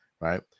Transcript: right